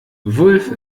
wulff